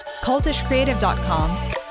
cultishcreative.com